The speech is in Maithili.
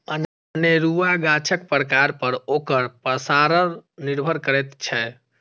अनेरूआ गाछक प्रकार पर ओकर पसार निर्भर करैत छै